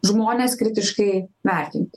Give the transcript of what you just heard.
žmones kritiškai vertint